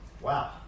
Wow